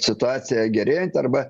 situacija gerėjanti arba